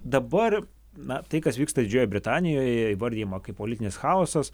dabar na tai kas vyksta didžiojoj britanijoje įvardijama kaip politinis chaosas